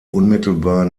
unmittelbar